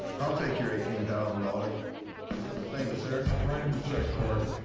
i'll take your eighteen thousand dollars thank you, sir. write him a check, corey.